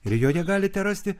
ir joje galite rasti